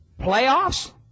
Playoffs